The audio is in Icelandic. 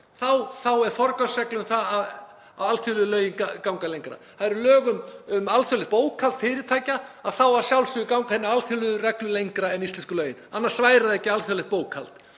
Þá er forgangsregla um það að alþjóðlegu lögin gangi lengra. Það eru lög um alþjóðlegt bókhald fyrirtækja. Þá að sjálfsögðu ganga hinar alþjóðlegu reglur lengra en íslensku lögin, annars væri það ekki alþjóðlegt bókhald.